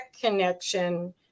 connection